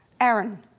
Aaron